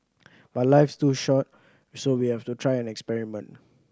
but life is too short so we have to try and experiment